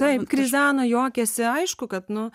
taip krizena juokiasi aišku kad nu